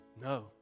No